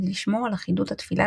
כדי לשמור על אחידות התפילה